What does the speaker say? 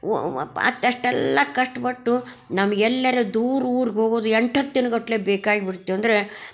ಮತ್ತು ಅಷ್ಟೆಲ್ಲಾ ಕಷ್ಟಪಟ್ಟು ನಮ್ಗೆಲ್ಲರು ದೂರ ಊರಿಗೆ ಹೋಗೋದು ಎಂಟು ಹತ್ತು ದಿನಗಟ್ಟಲೆ ಬೇಕಾಗಿಬಿಡ್ತು ಅಂದರೆ